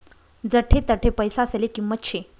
जठे तठे पैसासले किंमत शे